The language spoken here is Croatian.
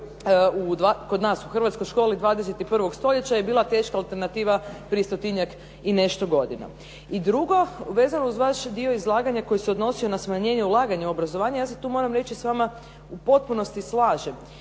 kod nas u hrvatskoj školi 21. stoljeća, je bila teška alternativa prije stotinjak i nešto godina. I drugo, vezano uz vaše izlaganje koje se odnosio na smanjenje ulaganja u obrazovanje. Ja sada moram reći da se s vama u potpunosti slažem.